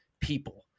people